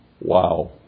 Wow